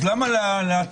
אז למה להתנות?